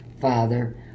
father